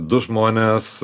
du žmonės